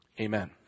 Amen